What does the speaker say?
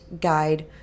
guide